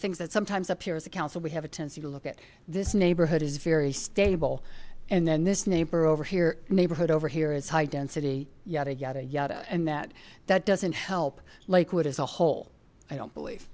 think that sometimes up here as a council we have a tenancy to look at this neighborhood is very stable and then this neighbor over here neighborhood over here is high density yada yada yada and that that doesn't help lakewood as a whole i don't believe